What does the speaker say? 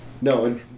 No